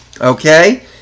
okay